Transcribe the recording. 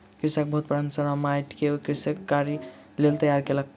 कृषक बहुत परिश्रम सॅ माइट के कृषि कार्यक लेल तैयार केलक